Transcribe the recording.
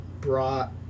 brought